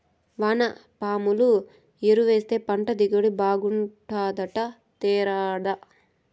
వానపాముల ఎరువేస్తే పంట దిగుబడి బాగుంటాదట తేరాదా